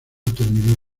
terminó